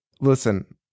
listen